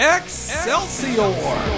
Excelsior